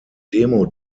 demo